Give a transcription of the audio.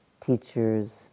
teachers